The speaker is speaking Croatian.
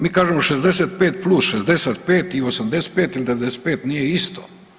Mi kažemo 65+, 65 i 85 ili 95 nije isto.